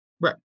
Right